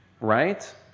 Right